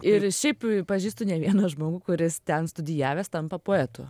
ir šiaip pažįstu ne vieną žmogų kuris ten studijavęs tampa poetu